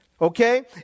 Okay